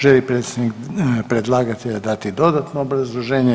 Želi li predstavnik predlagatelja dati dodatno obrazloženje?